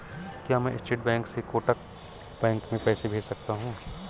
क्या मैं state bank से कोटक बैंक में पैसे भेज सकता हूँ?